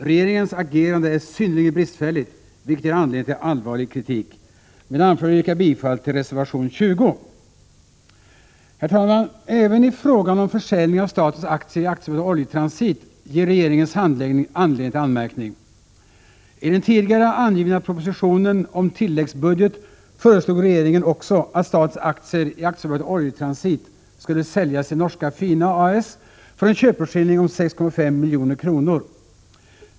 Regeringens agerande är synnerligen bristfälligt, vilket ger anledning till allvarlig kritik. Med det anförda yrkar jag bifall till reservation 20. Herr talman! Även i frågan om försäljning av statens aktier i AB Oljetransit ger regeringens handläggning anledning till anmärkning. I den tidigare angivna propositionen om tilläggsbudget föreslog regeringen också att statens aktier i AB Oljetransit skulle säljas till Norske Fina A/S för en köpeskillning om 6,5 milj.kr.